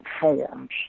forms